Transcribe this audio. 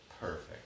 Perfect